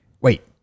Wait